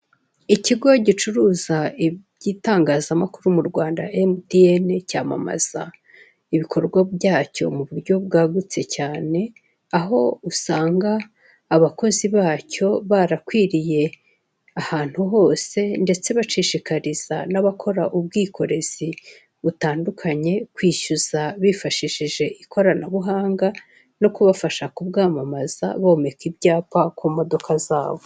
Ikigo gicuruza iby'itangazamakuru mu Rwanda Emutiyeni cyamamaza ibikorwa byacyo mu buryo bwagutse cyane, aho usanga abakozi bacyo barakwiriye ahantu hose ndetse bashishikariza n'abakora ubwikorezi butandukanye kwishyuza bifashishije ikoranabuhanga no kubafasha kubwamamaza bomeka ibyapa ku modoka zabo.